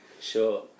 Sure